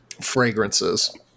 Fragrances